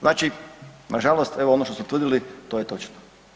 Znači, nažalost evo, ono što smo tvrdili, to je točno.